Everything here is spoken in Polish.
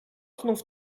znów